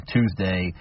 Tuesday